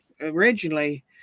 originally